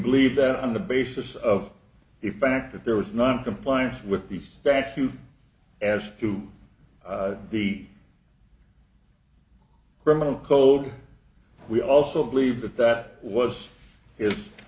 believe that on the basis of the fact that there was noncompliance with the statute as to be criminal code we also believe that that was is